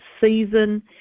season